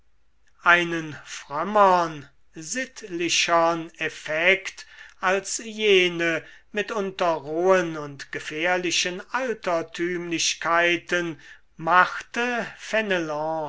einen frömmern sittlichern effekt als jene mitunter rohen und gefährlichen altertümlichkeiten machte